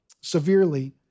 severely